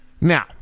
Now